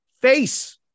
face